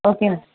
ఓకేనా